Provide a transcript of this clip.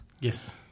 Yes